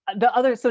the other, so